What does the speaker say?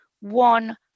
one